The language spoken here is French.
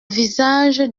visage